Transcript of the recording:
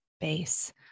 base